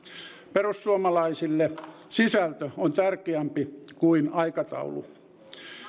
perussuomalaisille sisältö on tärkeämpi kuin aikataulu